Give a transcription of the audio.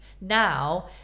now